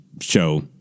show